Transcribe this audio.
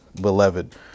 beloved